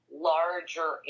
larger